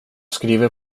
skriver